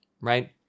Right